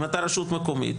אם אתה רשות מקומית,